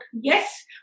yes